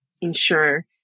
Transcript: ensure